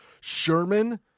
Sherman